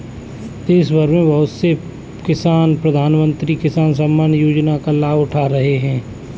देशभर में बहुत से किसान प्रधानमंत्री किसान सम्मान योजना का लाभ उठा रहे हैं